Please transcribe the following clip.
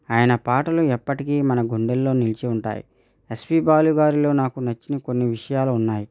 ఆయన పాటలు ఎప్పటికీ మన గుండెల్లో నిలిచి ఉంటాయి ఎస్పి బాలు గారిలో నాకు నచ్చిన కొన్ని విషయాలు ఉన్నాయి